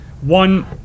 one